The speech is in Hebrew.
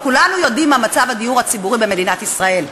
וכולנו יודעים מה מצב הדיור הציבורי במדינת ישראל.